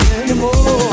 anymore